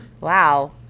Wow